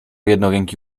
jednoręki